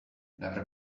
never